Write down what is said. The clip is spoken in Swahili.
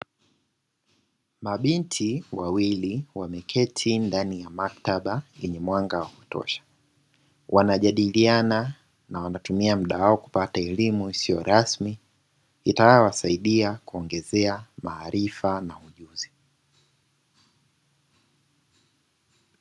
Mabinti wawili wameketi ndani ya maktaba yenye mwanga wa kutosha wanajadiliana na wanatumia mda wao kupata elimu isiyo rasmi itakayo wasaidia kuongezea maarifa na ujuzi.